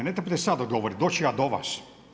Ne trebate sad odgovoriti, doći ću ja do vas.